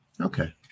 okay